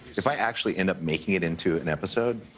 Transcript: if i actually end up making it into an episode,